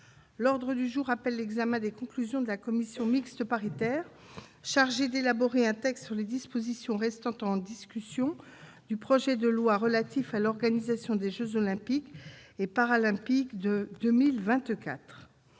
L'ordre du jour appelle l'examen des conclusions de la commission mixte paritaire chargée d'élaborer un texte sur les dispositions restant en discussion du projet de loi relatif à l'organisation des jeux Olympiques et Paralympiques de 2024